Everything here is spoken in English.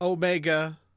Omega